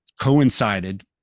coincided